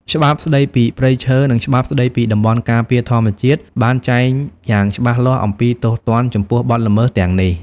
ច្បាប់ស្តីពីព្រៃឈើ និងច្បាប់ស្តីពីតំបន់ការពារធម្មជាតិបានចែងយ៉ាងច្បាស់លាស់អំពីទោសទណ្ឌចំពោះបទល្មើសទាំងនេះ។